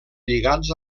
lligats